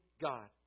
God